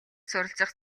суралцах